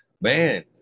man